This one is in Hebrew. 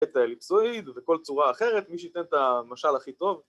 ‫את האליפסוי וכל צורה אחרת, ‫מי שייתן את המשל הכי טוב.